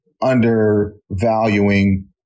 undervaluing